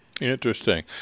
Interesting